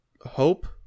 hope